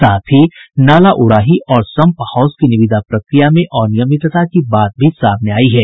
साथ ही नाला उड़ाही और सम्प हाउस की निविदा प्रक्रिया में अनियमितता की बात भी सामने आई है